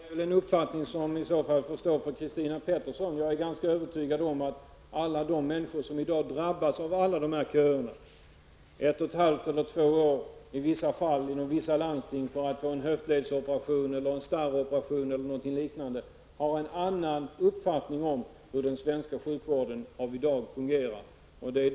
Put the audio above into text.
Fru talman! Det är en uppfattning som i så fall för stå för Christina Pettersson. Jag är ganska övertygad om att alla de människor som i dag drabbas av att stå i dessa köer -- i vissa fall och i vissa landsting 1,5--2 år för att få en höftledsoperation, starroperation eller liknande operation utförd -- har en annan uppfattning om hur den svenska sjukvården av i dag fungerar.